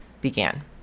began